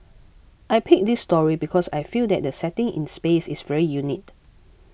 I picked this story because I feel that the setting in space is very unique